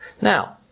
Now